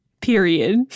period